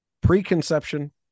preconception